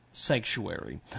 Sanctuary